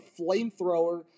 flamethrower